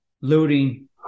looting